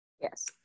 yes